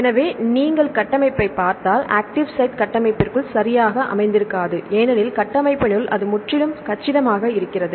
எனவே நீங்கள் கட்டமைப்பைப் பார்த்தால் ஆக்ட்டிவ் சைட் கட்டமைப்பிற்குள் சரியாக அமைந்திருக்காது ஏனெனில் கட்டமைப்பினுள் அது முற்றிலும் கச்சிதமாக இருக்கிறது